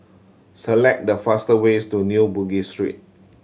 select the fast ways to New Bugis Street